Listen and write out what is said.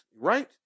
right